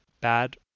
bad